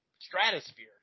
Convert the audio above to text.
stratosphere